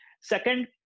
Second